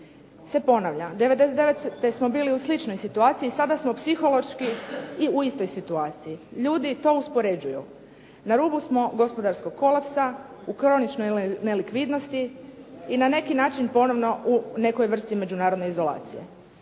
se ponavlja. '99. smo bili u sličnoj situaciji, sada smo psihološki i u istoj situaciji. Ljudi to uspoređuju. Na rubu smo gospodarskog kolapsa, u kroničnoj nelikvidnosti i na neki način ponovno u nekoj vrsti međunarodne izolacije.